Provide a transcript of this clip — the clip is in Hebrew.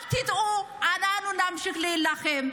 אל תטעו, אנחנו נמשיך להילחם.